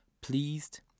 pleased